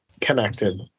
connected